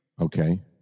okay